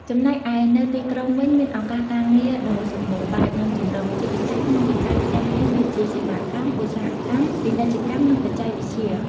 ចំណែកឯនៅទីក្រុងវិញ មានឱកាសការងារដ៏សម្បូរបែប និងចម្រុះ ជាពិសេសក្នុងវិស័យផ្សេងៗដូចជា សេវាកម្ម ឧស្សាហកម្ម ពាណិជ្ជកម្ម និងបច្ចេកវិទ្យា។